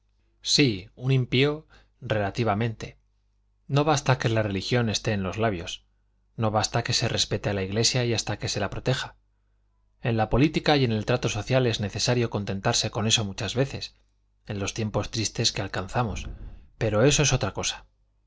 sí un impío relativamente no basta que la religión esté en los labios no basta que se respete a la iglesia y hasta se la proteja en la política y en el trato social es necesario contentarse con eso muchas veces en los tiempos tristes que alcanzamos pero eso es otra cosa